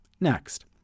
Next